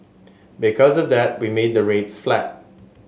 because of that we made the rates flat